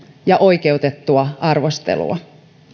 ja oikeutettua arvostelua